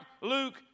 Luke